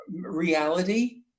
reality